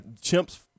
chimp's